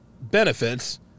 benefits